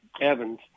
Evans